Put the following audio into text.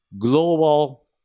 global